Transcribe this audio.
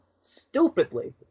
stupidly